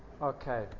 Okay